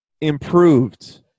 improved